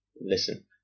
listen